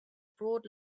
broad